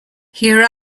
here